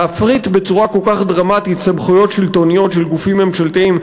להפריט בצורה כל כך דרמטית סמכויות שלטוניות של גופים ממשלתיים,